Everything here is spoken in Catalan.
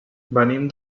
venim